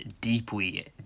deeply